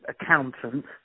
accountant